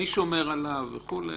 מי שומר עליו וכו'.